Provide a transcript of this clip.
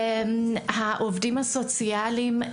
העובדים הסוציאליים.